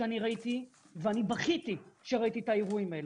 אני בכיתי כשראיתי את האירועים האלה.